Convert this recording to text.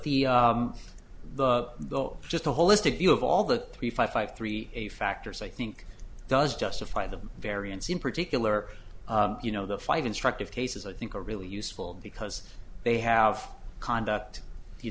though just a holistic view of all the three five five three a factors i think does justify the variance in particular you know the five instructive cases i think are really useful because they have conduct you